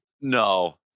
no